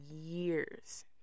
years